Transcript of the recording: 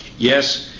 yes.